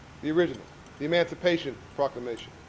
the original the emancipation proclamation,